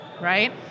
right